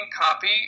copy